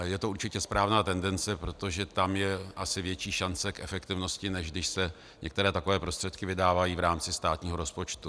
Je to určitě správná tendence, protože tam je asi větší šance k efektivnosti, než když se některé takové prostředky vydávají v rámci státního rozpočtu.